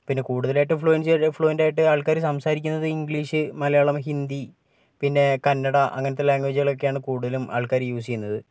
പിന്നെ കൂടുതലായിട്ടും ഫ്ലുവൻസിയല്ലെങ്കിൽ ഫ്ലുവൻ്റായിട്ട് ആൾക്കാർ സംസാരിക്കുന്നത് ഇംഗ്ലീഷ് മലയാളം ഹിന്ദി പിന്നെ കന്നഡ അങ്ങനത്തെ ലാംഗ്വേജുകളൊക്കെയാണ് കൂടുതലും ആൾക്കാർ യൂസ് ചെയ്യുന്നത്